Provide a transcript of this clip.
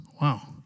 Wow